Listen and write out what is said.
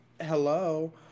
hello